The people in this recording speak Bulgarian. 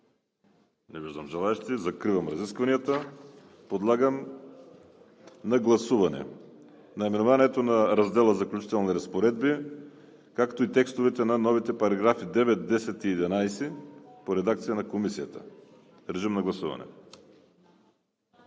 Не виждам. Закривам разискванията. Подлагам на гласуване наименованието на раздела „Заключителни разпоредби“, както и текстовете на новите параграфи 9, 10 и 11 по редакция на Комисията. Гласували